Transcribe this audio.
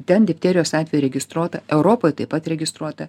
ten difterijos atvejų registruota europoj taip pat registruota